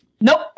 Nope